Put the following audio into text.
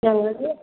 ഞങ്ങൾക്ക്